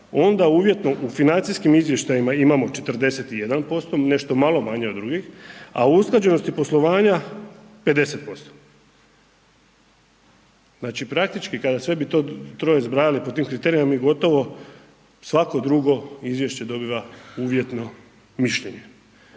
onda uvjetno u financijskim izvještajima imamo 41% nešto malo manje od drugih a u usklađenosti poslovanja 50%. Znači praktički kada sve bi to troje zbrajali po tim kriterijima mi gotovo, svako drugo izvješće dobiva uvjetno mišljenje.